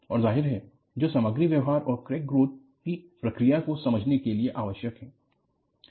और जाहिर है जो सामग्री व्यवहार और क्रैक ग्रोथ की प्रक्रिया को समझने के लिए आवश्यक है